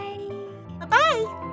Bye-bye